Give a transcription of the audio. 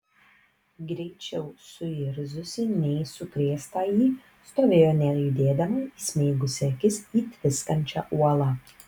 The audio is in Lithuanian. greičiau suirzusi nei sukrėstąjį stovėjo nejudėdama įsmeigusi akis į tviskančią uolą